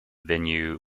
venue